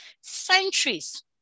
Centuries